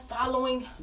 following